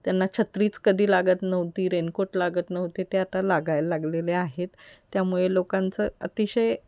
त्यांना छत्रीच कधी लागत नव्हती रेनकोट लागत नव्हते ते आता लागायला लागलेले आहेत त्यामुळे लोकांचं अतिशय